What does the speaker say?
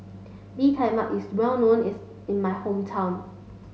Bee Tai Mak is well known is in my hometown